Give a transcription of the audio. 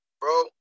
Bro